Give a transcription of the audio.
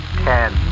Ten